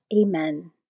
Amen